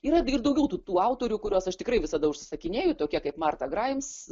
yra ir daugiau tų autorių kuriuos aš tikrai visada užsakinėju tokia kaip marta graims